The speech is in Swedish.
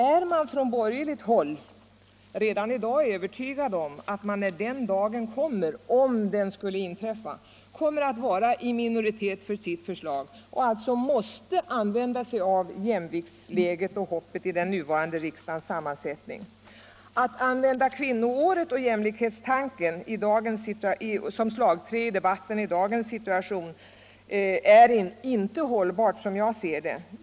Är man på borgerligt håll redan nu övertygad om att man när den dagen kommer — om detta nu skulle inträffa — skall vara i minoritet för sitt förslag och att man alltså måste använda sig av jämviktsläget i den nuvarande riksdagens sammansättning? Att begagna kvinnoåret och jämlikhetstanken som slagträ i debatten i dagens situation är inte hållbart, som jag ser det.